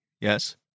Yes